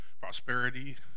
prosperity